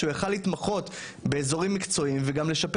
בהן הוא יכול היה להתמחות באזורים המקצועיים וגם לשפר